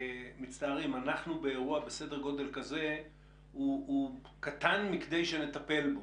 "אירוע בסדר גודל כזה הוא קטן מכדי שנטפל בו"?